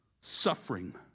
suffering